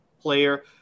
player